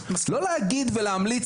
לא להירדם במהלך